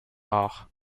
rares